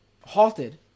halted